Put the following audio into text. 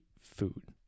food